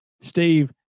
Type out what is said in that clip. Steve